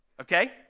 okay